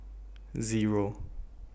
Zero